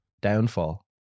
downfall